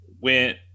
went